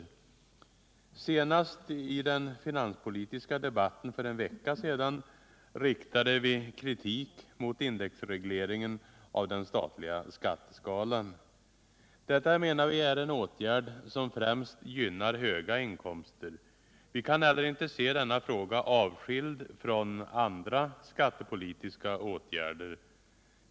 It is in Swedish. | Senast i den finanspolitiska debatten för en vecka sedan riktade vi kritik mot indexregleringen av den statliga skatteskalan. Vi menar att en sådan åtgärd främst gynnar höginkomsttagarna. Vi kan heller inte se denna avskild från andra skatltepolitiska åtgärder.